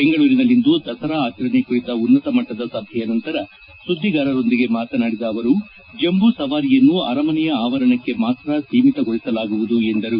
ಬೆಂಗಳೂರಿನಲ್ಲಿಂದು ದಸರಾ ಆಚರಣೆ ಕುರಿತ ಉನ್ನತ ಮಟ್ಟದ ಸಭೆಯ ನಂತರ ಸುದ್ದಿಗಾರರೊಂದಿಗೆ ಮಾತನಾಡಿದ ಅವರು ಜಂಬೂ ಸವಾರಿಯನ್ನು ಅರಮನೆಯ ಆವರಣಕ್ಕೆ ಮತ್ತು ಸಿಮೀತಗೊಳಿಸಲಾಗುವುದು ಎಂದರು